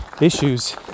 issues